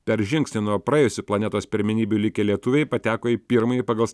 per žingsnį nuo praėjusių planetos pirmenybių likę lietuviai pateko į pirmąjį pagal